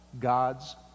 God's